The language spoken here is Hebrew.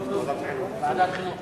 ועדת חינוך.